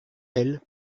elle